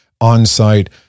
on-site